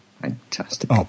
fantastic